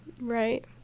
right